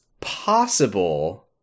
possible